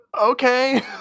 Okay